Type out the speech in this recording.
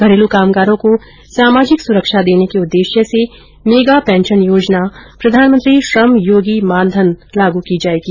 घरेलू कामगारों को सामाजिक सुरक्षा देने के उद्देश्य से मेगा पेंशन योजना प्रधानमंत्री श्रम योगी मानधन लागू की जायेगी